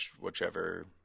whichever